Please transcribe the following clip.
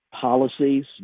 policies